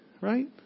Right